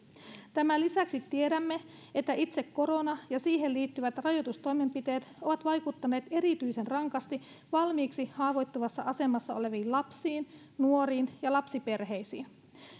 tämän lisäksi tiedämme että itse korona ja siihen liittyvät rajoitustoimenpiteet ovat vaikuttaneet erityisen rankasti valmiiksi haavoittuvassa asemassa oleviin lapsiin nuoriin ja lapsiperheisiin